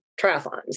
triathlons